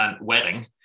wedding